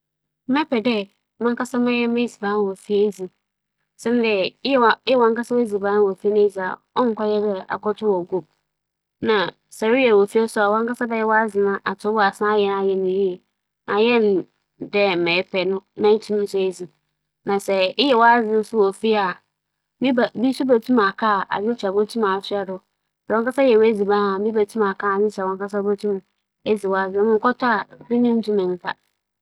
Mebɛpɛ dɛ mankasa mebɛyɛ m'edziban wͻ fie na meedzi kyɛn dɛ mobͻkͻ bea wͻtͻn edziban. Siantsir nye dɛ, sɛ eyɛ w'edziban dzi a, ͻwoara na inyim adze a edze egu mu nna apͻwmudzen kor a erohwehwɛ a dɛm ntsi ebɛyɛ w'edziban wͻ kwan pͻtsee bi do naaso hͻn a wͻtͻn no dze, hͻn sika na wͻrohwehwɛ ntsi wͻnndwen hͻn a wobedzi no hͻn apͻwmudzen, ma ohia ara nye dɛ wͻdze aba dɛ edziban aben ntsi nkorͻfo mbͻtͻ ntsi mankasa mebɛpɛ dɛ mebɛyɛ me dze wͻ fie eedzi.